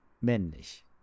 Männlich